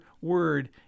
word